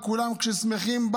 וכשכולם שמחים,